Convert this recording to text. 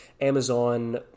Amazon